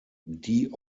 die